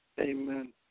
Amen